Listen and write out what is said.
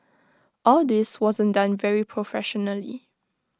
all this wasn't done very professionally